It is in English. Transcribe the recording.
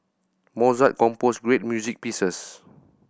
Mozart composed great music pieces